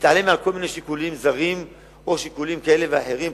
נתעלה מעל כל מיני שיקולים זרים או שיקולים כאלה ואחרים,